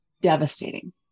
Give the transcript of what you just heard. devastating